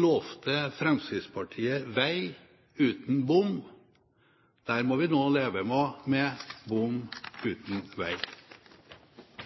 lovet Fremskrittspartiet vei uten bom, men der må vi nå leve med bom uten vei.